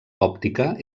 òptica